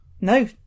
No